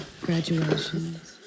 Graduations